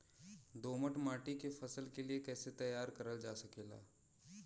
दोमट माटी के फसल के लिए कैसे तैयार करल जा सकेला?